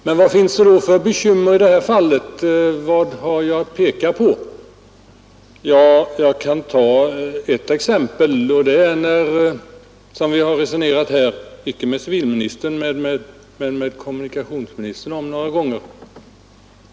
Men vad finns det då för bekymmer att peka på i det här fallet? Jag kan ta ett exempel som vi här har resonerat om några gånger - inte med civilministern men med kommunikationsministern.